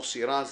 חה"כ מוסי רז,